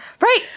right